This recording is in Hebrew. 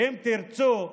ואם תרצו,